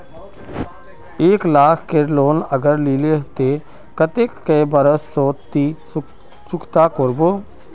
एक लाख केर लोन अगर लिलो ते कतेक कै बरश सोत ती चुकता करबो?